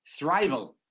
thrival